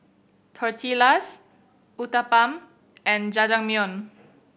Tortillas Uthapam and Jajangmyeon